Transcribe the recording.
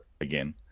again